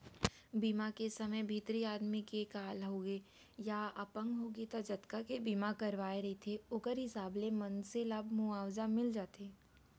बीमा के समे भितरी आदमी के काल होगे या अपंग होगे त जतका के बीमा करवाए रहिथे ओखर हिसाब ले मनसे ल मुवाजा मिल जाथे